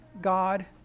God